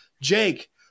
Jake